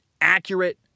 accurate